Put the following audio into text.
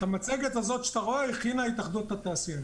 את המצגת הזאת שאתה רואה הכינה התאחדות התעשיינים.